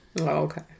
Okay